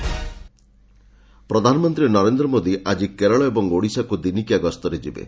PM visit ପ୍ରଧାନମନ୍ତ୍ରୀ ନରେନ୍ଦ୍ର ମୋଦି ଆଜି କେରଳ ଏବଂ ଓଡ଼ିଶାକୁ ଦିନିକିଆ ଗସ୍ତରେ ଯିବେ